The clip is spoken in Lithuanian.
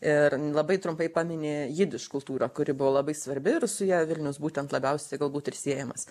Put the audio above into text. ir labai trumpai pamini jidiš kultūrą kuri buvo labai svarbi ir su ja vilnius būtent labiausiai galbūt ir siejamas